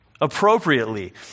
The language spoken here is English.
appropriately